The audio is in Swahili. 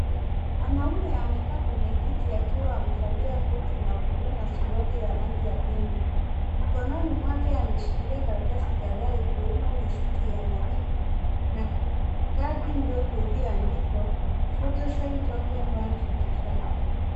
Mwanaume amekaa kwenye kiti akiwa amevalia koti la bluu na suralia ya rangi mikononi mwake ameshikilia karatasi ikiwemo rsisti ya malipo na kadi ilio andikwa Photo signg 2025.